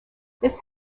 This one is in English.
this